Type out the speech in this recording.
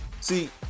See